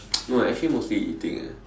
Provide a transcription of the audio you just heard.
no actually mostly eating eh